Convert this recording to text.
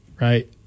right